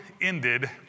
ended